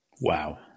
Wow